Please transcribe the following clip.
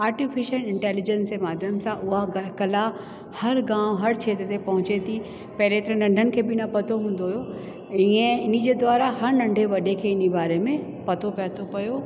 artificial intelligence जे माध्यम सां उहा ग कला हर गांव हर खेत्र ते पहुचे थी पहिरें हेतिरे नंढनि खे बि न पतो हूंदो हुओ इअं हिनजे द्वारा हर नंढे वॾे खे हिन बारे में पतो पिए थो पियो